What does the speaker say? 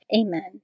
Amen